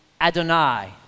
Adonai